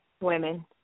Women